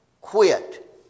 quit